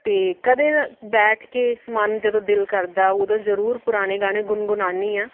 ਅਤੇ ਕਦੇ ਬੈਠ ਕੇ ਮਨ ਜਦੋਂ ਦਿਲ ਕਰਦਾ ਉਦੋਂ ਜ਼ਰੂਰ ਪੁਰਾਣੇ ਗਾਣੇ ਗੁਣਗੁਣਾਨੀ ਆਂ